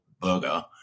burger